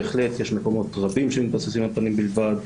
בהחלט, יש מקומות רבים שמתבססים על פנים בלבד.